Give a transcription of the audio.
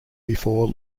before